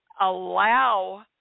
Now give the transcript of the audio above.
allow